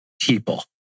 people